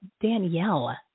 Danielle